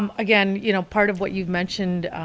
um again, you know, part of what you've mentioned,